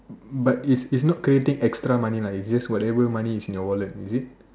but is is not creating extra money lah it's just whatever money is in your wallet is it